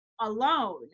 alone